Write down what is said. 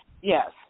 Yes